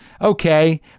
okay